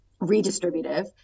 redistributive